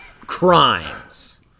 Crimes